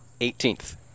18th